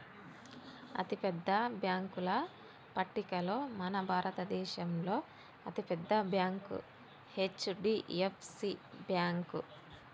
అతిపెద్ద బ్యేంకుల పట్టికలో మన భారతదేశంలో అతి పెద్ద బ్యాంక్ హెచ్.డి.ఎఫ్.సి బ్యేంకు